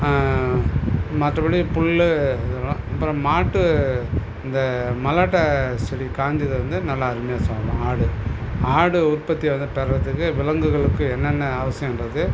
மற்றபடி புல் இதெலாம் அப்புறம் மாட்டு இந்த மலாட்ட செடி காஞ்சதை வந்து நல்லா அருமையாக சாப்பிடும் ஆடு ஆடு உற்பத்தியை வந்து பெறுறதுக்கு விலங்குகளுக்கு என்னென்ன அவசியன்றது